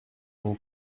mon